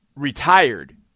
Retired